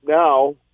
now